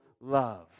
love